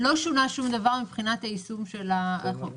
לא שונה שום דבר מבחינת היישום של החוק.